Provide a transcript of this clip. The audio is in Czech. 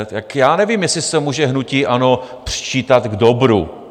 Tak já nevím, jestli si to může hnutí ANO přičítat k dobru.